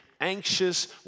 anxious